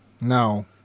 No